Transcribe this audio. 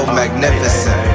magnificent